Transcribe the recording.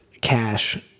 cash